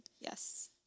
Yes